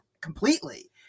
completely